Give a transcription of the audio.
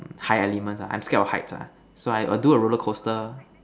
high elements ah I'm scared of heights ah so I I do a roller coaster